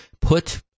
put